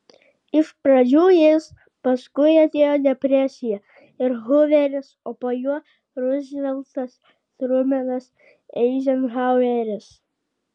iš pradžių jis paskui atėjo depresija ir huveris o po jo ruzveltas trumenas eizenhaueris